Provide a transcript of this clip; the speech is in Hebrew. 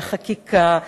על החקיקה,